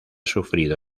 sufrido